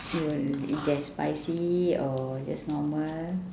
you will if there's spicy or just normal